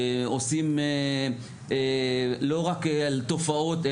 עושים לא רק על תופעות,